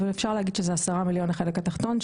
אז אפשר להגיד שזה 10 מיליון לחלק התחתון,